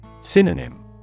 Synonym